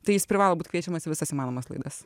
tai jis privalo būt kviečiamas į visas įmanomas laidas